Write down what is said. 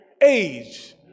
age